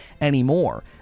anymore